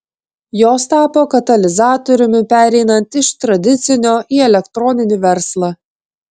jos tapo katalizatoriumi pereinant iš tradicinio į elektroninį verslą